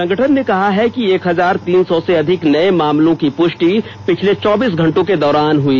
संगठन ने कहा है कि एक हजार तीन सौ से अधिक नए मामलों की पुष्टि पिछले चौबीस घंटों के दौरान हुई